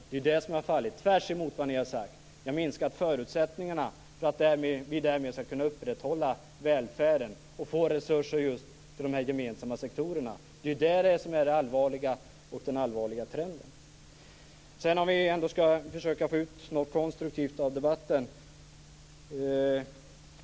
Det är det som har fallit, tvärtemot vad ni har sagt. Det har minskat förutsättningarna för att vi därmed skall kunna upprätthålla välfärden och få resurser just till de gemensamma sektorerna. Det är det som är det allvarliga och den allvarliga trenden. Vi borde ändå försöka få ut något konstruktivt av debatten.